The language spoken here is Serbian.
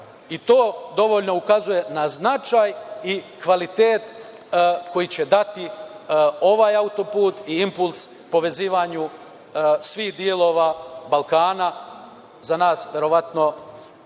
i to dovoljno ukazuje na značaj i kvalitet koji će dati ovaj autoput i implus povezivanju svih delova Balkana za nas verovatno dve